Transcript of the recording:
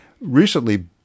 recently